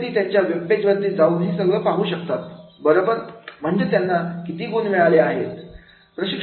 विद्यार्थी त्यांच्या web page वरती जाऊन हे सगळं पाहू शकतात बरोबर म्हणजे त्यांना किती गुण मिळाले आहेत